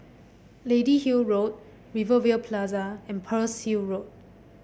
Lady Hill Road Rivervale Plaza and Pearl's Hill Road